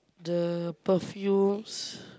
the perfumes